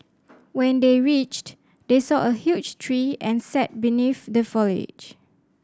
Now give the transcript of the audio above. when they reached they saw a huge tree and sat beneath the foliage